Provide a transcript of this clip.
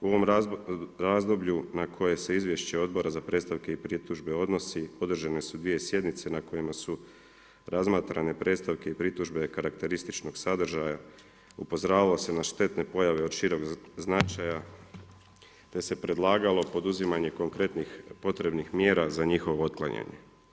U ovom razdoblju na koje se izvješće Odbora za predstavke i pritužbe odnosi održane su dvije sjednice na kojima su razmatrane predstavke i pritužbe karakterističnog sadržaja, upozoravalo se na štetne pojave od šireg značaja te se predlagalo poduzimanje konkretnih potrebnih mjera za njihovo otklanjanje.